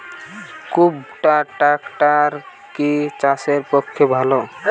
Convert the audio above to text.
কুবটার ট্রাকটার কি চাষের পক্ষে ভালো?